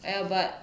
ya but